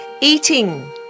eating